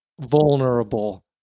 vulnerable